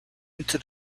into